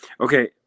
Okay